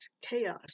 chaos